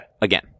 again